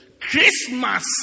Christmas